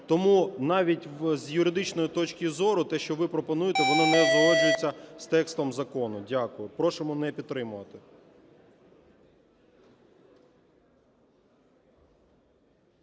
Тому навіть з юридичної точки зору те, що ви пропонуєте, воно не узгоджується з текстом закону. Дякую. Просимо не підтримувати.